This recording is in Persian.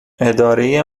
اداره